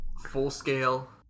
Full-scale